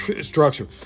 structure